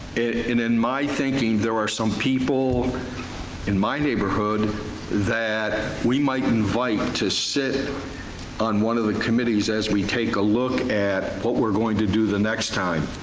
in in my thinking, there are some people in my neighborhood that we might invite to sit on one of the committees as we take a look at what we're going to do the next time,